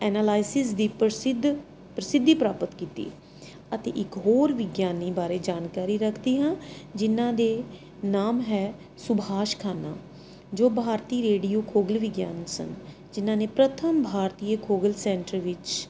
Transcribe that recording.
analysis ਦੀ ਪ੍ਰਸਿੱਧ ਪ੍ਰਸਿੱਧੀ ਪ੍ਰਾਪਤ ਕੀਤੀ ਅਤੇ ਇੱਕ ਹੋਰ ਵਿਗਿਆਨੀ ਬਾਰੇ ਜਾਣਕਾਰੀ ਰੱਖਦੀ ਹਾਂ ਜਿਹਨਾਂ ਦਾ ਨਾਮ ਹੈ ਸੁਭਾਸ਼ ਖੰਨਾ ਜੋ ਭਾਰਤੀ ਰੇਡੀਓ ਖਗੋਲ ਵਿਗਿਆਨੀ ਸਨ ਜਿਹਨਾਂ ਨੇ ਪ੍ਰਥਮ ਭਾਰਤੀਏ ਖਗੋਲ ਸੈਂਟਰ ਵਿੱਚ